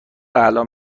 الان